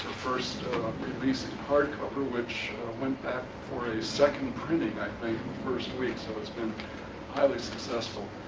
first recent hardcover, which went back for a second printing, i think, the first week. so it's been highly successful.